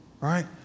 right